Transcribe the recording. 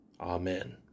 Amen